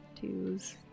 twos